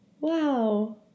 Wow